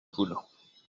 poules